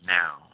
now